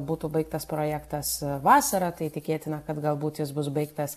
būtų baigtas projektas vasarą tai tikėtina kad galbūt jis bus baigtas